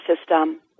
system